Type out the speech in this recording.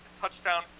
touchdown